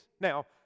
Now